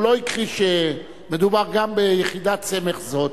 הוא לא הכחיש שמדובר גם ביחידת סמך זו.